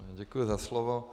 Děkuji za slovo.